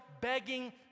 begging